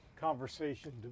conversation